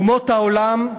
אומות העולם,